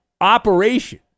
operation